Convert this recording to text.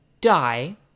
die